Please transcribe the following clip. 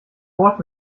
wort